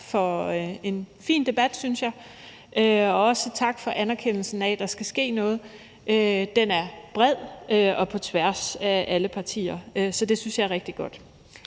jeg, en fin debat. Også tak for anerkendelsen af, at der skal ske noget. Anerkendelsen er bred og høres på tværs af alle partier. Så det synes jeg er rigtig godt.